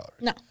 No